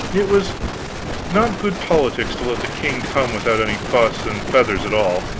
it was not good politics to let the king come without any fuss and feathers at all,